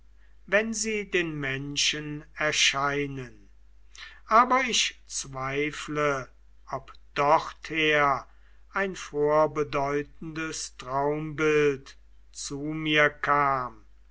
wenn sie den menschen erscheinen aber ich zweifle ob dorther ein vorbedeutendes traumbild zu mir kam